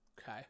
Okay